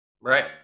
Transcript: Right